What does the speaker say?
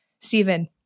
Stephen